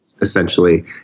essentially